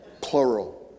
Plural